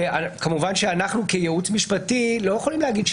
כמובן שאנחנו כייעוץ משפטי לא יכולים להגיד.